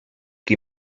qui